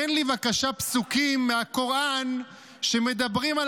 תן לי בבקשה פסוקים מהקוראן שמדברים על